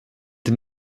den